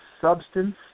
Substance